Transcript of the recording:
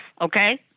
okay